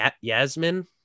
Yasmin